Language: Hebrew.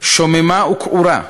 שוממה וכעורה",